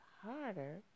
harder